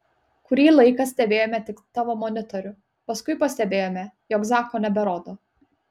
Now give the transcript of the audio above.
kurį laiką stebėjome tik tavo monitorių paskui pastebėjome jog zako neberodo